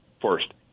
first